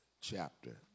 chapter